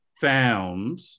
found